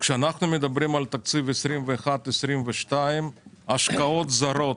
כשאנחנו מדברים על תקציב 2021-2022, ההשקעות הזרות